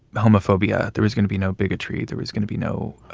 homophobia. there was going to be no bigotry. there was going to be no.